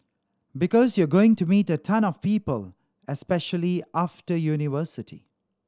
because you're going to meet a ton of people especially after university